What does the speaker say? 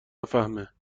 نفهمه